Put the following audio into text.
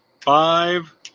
Five